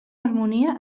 harmonia